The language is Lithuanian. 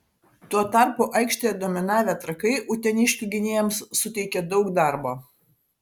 tuo tarpu aikštėje dominavę trakai uteniškių gynėjams suteikė daug darbo